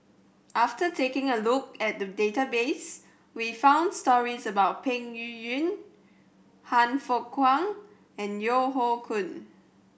after taking a look at the database we found stories about Peng Yuyun Han Fook Kwang and Yeo Hoe Koon